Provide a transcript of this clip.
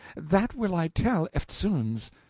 that will i tell eftsoons.